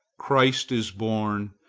christ is born,